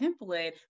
template